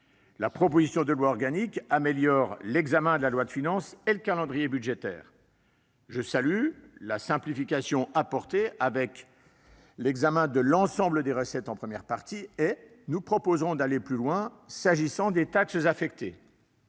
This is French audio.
La proposition de loi organique améliore l'examen de la loi de finances et le calendrier budgétaire. Je salue la simplification apportée, puisque le texte prévoit l'examen de l'ensemble des recettes en première partie. Nous proposerons d'aller plus loin s'agissant des taxes affectées.